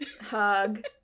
hug